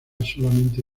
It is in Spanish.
solamente